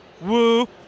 woo